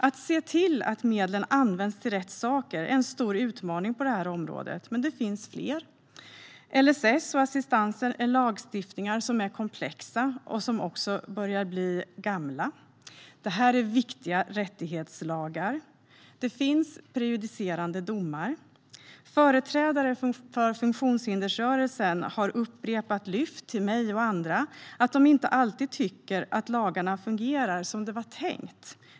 Att se till att medlen används till rätt saker är en stor utmaning på detta område, men det finns fler. LSS och lagen om assistans är lagstiftningar som är komplexa och som börjar bli gamla. Detta är viktiga rättighetslagar. Det finns prejudicerande domar. Företrädare för funktionshindersrörelsen har upprepade gånger framfört till mig och andra att de inte alltid tycker att lagarna fungerar som det var tänkt.